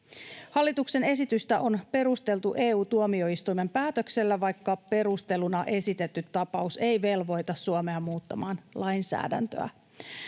Hallituksen esitystä on perusteltu EU-tuomioistuimen päätöksellä, vaikka perusteluna esitetty tapaus ei velvoita Suomea muuttamaan lainsäädäntöä.